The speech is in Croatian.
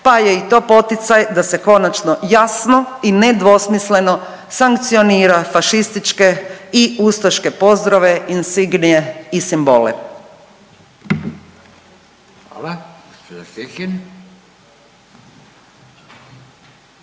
pa je i to poticaj da se konačno jasno i nedvosmisleno sankcionira fašističke i ustaške pozdrave, insignije i simbole.